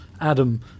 Adam